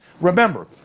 Remember